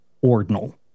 ordinal